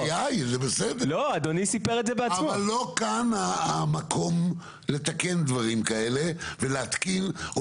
אבל לא כאן המקום לתקן דברים כאלה ולהתקין או